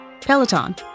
Peloton